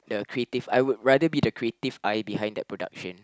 the creative I would rather be the creative eye behind the production